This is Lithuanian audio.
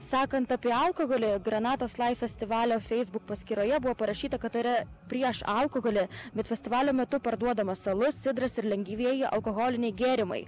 sakant apie alkoholį granatos festivalio facebook paskyroje buvo parašyta kad tai yra prieš alkoholį bet festivalio metu parduodamas alus sidras ir lengvieji alkoholiniai gėrimai